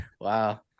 wow